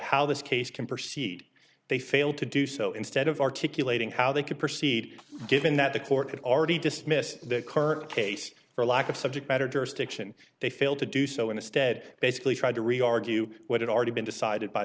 how this case can proceed they failed to do so instead of articulating how they could proceed given that the court had already dismissed the current case for lack of subject matter jurisdiction they failed to do so instead basically tried to re argue what had already been decided by